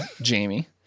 Jamie